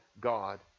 God